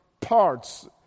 parts